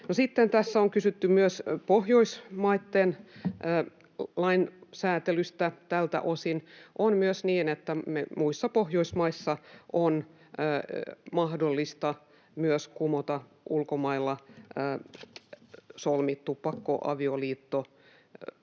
Tässä on kysytty myös Pohjoismaitten lainsäädännöstä tältä osin. On niin, että myös muissa Pohjoismaissa on mahdollista kumota ulkomailla solmittu pakkoavioliitto